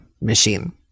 machine